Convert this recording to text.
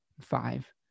five